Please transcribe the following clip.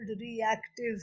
reactive